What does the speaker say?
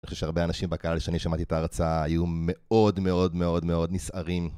אני חושב שהרבה אנשים בקהל כשאני שמעתי את ההרצאה היו מאוד מאוד מאוד מאוד נסערים